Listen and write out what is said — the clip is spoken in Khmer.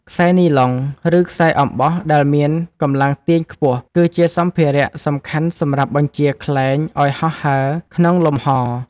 ខ្សែនីឡុង ឬខ្សែអំបោះដែលមានកម្លាំងទាញខ្ពស់ គឺជាសម្ភារៈសំខាន់សម្រាប់បញ្ជាខ្លែងឱ្យហោះហើរក្នុងលំហ។